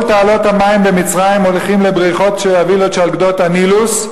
כל תעלות המים במצרים מוליכות לבריכות של הווילות שעל גדות הנילוס,